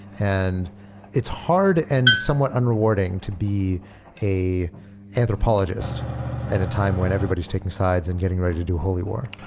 and it's hard and somewhat unrewarding to be an anthropologist at a time when everybody is taking sides and getting ready to do holy war.